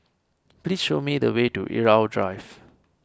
please show me the way to Irau Drive